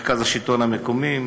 עם מרכז השלטון המקומי,